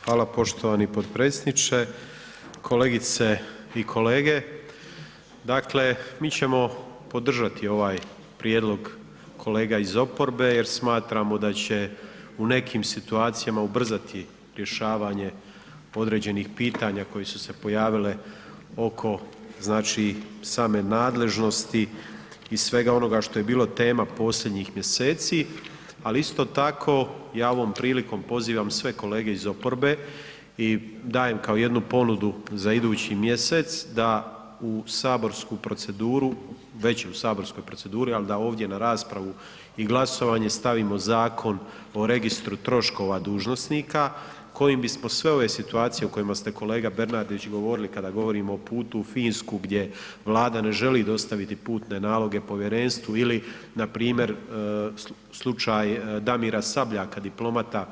Hvala poštovani potpredsjedniče, kolegice i kolege, dakle, mi ćemo podržati ovaj prijedlog kolega iz oporbe jer smatramo da će u nekim situacijama ubrzati rješavanje određenih pitanja koji su se pojavile oko znači same nadležnosti i svega onoga što je bilo tema posljednjih mjeseci, ali isto tako ja ovom prilikom pozivam sve kolege iz oporbe i dajem kao jednu ponudu za idući mjesec da u saborsku proceduru, već je u saborskoj proceduri, al da ovdje na raspravu i glasovanje stavimo Zakon o registru troškova dužnosnika kojim bismo sve ove situacije o kojima ste kolega Bernardić govorili kada govorimo o putu u Finsku gdje Vlada ne želi dostaviti putne naloge povjerenstvu ili npr. slučaj Damira Sabljaka diplomata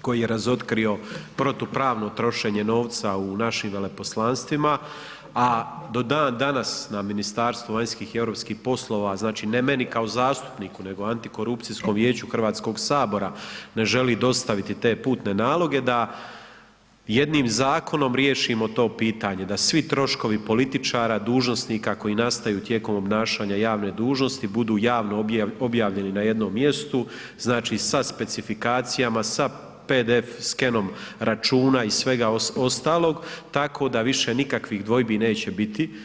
koji je razotkrio protupravno trošenje novca u našim veleposlanstvima, a do dan danas na Ministarstvo vanjskih i europskih poslova, znači ne meni kao zastupniku, nego Antikorupcijskom vijeću HS, ne želi dostaviti te putne naloge, da jednim zakonom riješimo to pitanje, da svi troškovi političara, dužnosnika koji nastaju tijekom obnašanja javne dužnosti budu javno objavljeni na jednom mjestu, znači sa specifikacijama, sa pdf. skenom računa i svega ostalog, tako da više nikakvih dvojbi neće biti.